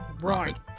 Right